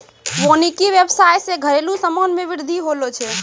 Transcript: वानिकी व्याबसाय से घरेलु समान मे बृद्धि होलो छै